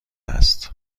است